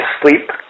sleep